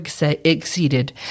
exceeded